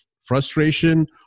frustration